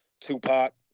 Tupac